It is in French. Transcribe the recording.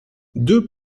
deux